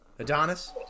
Adonis